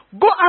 Go